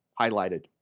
highlighted